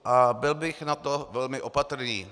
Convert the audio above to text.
A byl bych na to velmi opatrný.